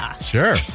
sure